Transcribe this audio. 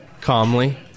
calmly